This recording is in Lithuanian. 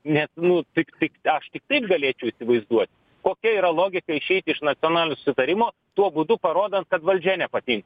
nes nu tik tik aš tik taip galėčiau įsivaizduot kokia yra logika išeiti iš nacionalinio susitarimo tuo būdu parodant kad valdžia nepatin